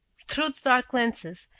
through the dark lenses,